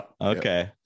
Okay